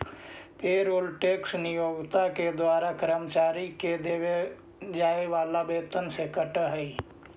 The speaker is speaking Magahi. पेरोल टैक्स नियोक्ता के द्वारा कर्मचारि के देवे जाए वाला वेतन से कटऽ हई